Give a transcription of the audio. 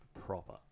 Proper